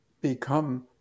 become